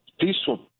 peaceful